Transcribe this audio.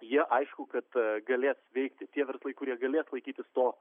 jie aišku kad galės veikti tie verslai kurie galės laikytis to